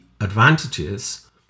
advantages